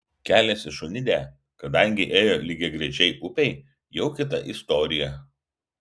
kelias į šunidę kadangi ėjo lygiagrečiai upei jau kita istorija